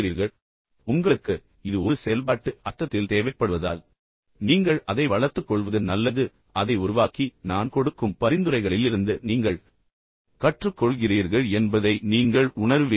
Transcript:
எனவே நீங்கள் இதை மீண்டும் மனதில் வைத்திருந்தால் உங்களுக்கு இது ஒரு செயல்பாட்டு அர்த்தத்தில் தேவைப்படுவதால் நீங்கள் அதை வளர்த்துக்கொள்வது நல்லது நீங்கள் அதை உருவாக்கி பின்னர் நான் கொடுக்கும் பரிந்துரைகளிலிருந்து நீங்கள் கற்றுக்கொள்கிறீர்கள் என்பதை நீங்கள் உணருவீர்கள்